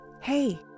Hey